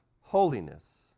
holiness